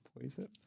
poison